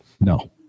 No